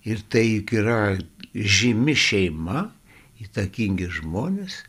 ir tai juk yra žymi šeima įtakingi žmonės